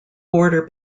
border